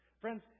Friends